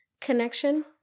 connection